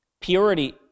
Purity